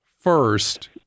first